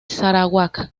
sarawak